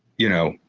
you know,